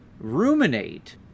ruminate